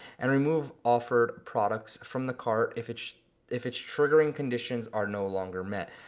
and remove offered products from the cart if its if its triggering conditions are no longer met,